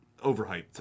overhyped